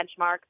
benchmark